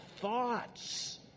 thoughts